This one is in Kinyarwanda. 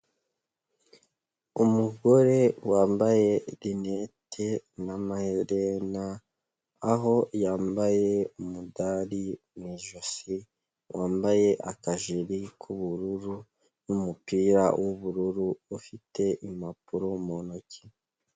Umugore wambaye rinete n'amaherena aho yambaye umudari mu ijosi, wambaye akajiri k'ubururu n'umupira w'ubururu, ufite impapuro mu ntoki.